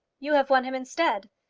you have won him instead,